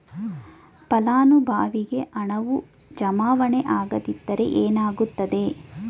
ಫಲಾನುಭವಿಗೆ ಹಣವು ಜಮಾವಣೆ ಆಗದಿದ್ದರೆ ಏನಾಗುತ್ತದೆ?